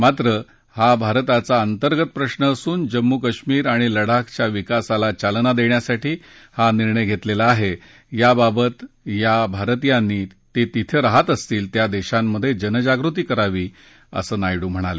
मात्र हा भारताचा अंतर्गत प्रश्न असून जम्मू कश्मीर आणि लडाखच्या विकासाला चालना देण्यासाठी हा निर्णय घेतला आहे याबाबत या भारतियांनी ते जिथं राहात असतील त्या देशांमधे जनजागृती करावी असं नायडू म्हणाले